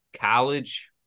college